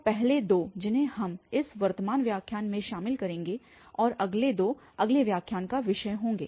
तो पहले दो जिन्हें हम इस वर्तमान व्याख्यान में शामिल करेंगे और अगले दो अगले व्याख्यान का विषय होंगे